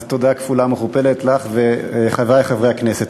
אז תודה כפולה ומכופלת לך ולחברי חברי הכנסת.